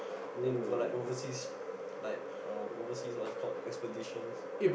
then got like overseas like um overseas what is it called expeditions